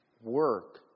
work